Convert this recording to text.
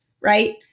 right